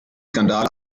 skandal